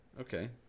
Okay